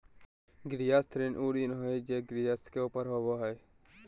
गृहस्थ ऋण उ ऋण हइ जे गृहस्थ के ऊपर होबो हइ